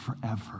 forever